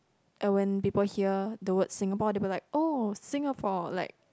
uh when people hear the word Singapore they will be like oh Singapore like